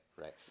right